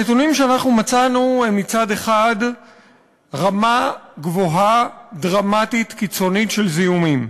הנתונים שאנחנו מצאנו הם מצד אחד רמה גבוהה דרמטית קיצונית של זיהומים.